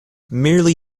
merely